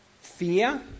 fear